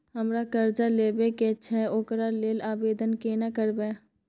हमरा कर्जा लेबा के छै ओकरा लेल आवेदन केना करबै?